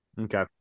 Okay